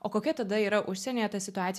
o kokia tada yra užsienyje ta situacija